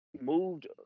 moved